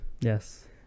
yes